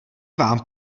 vám